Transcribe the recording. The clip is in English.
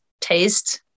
taste